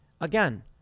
Again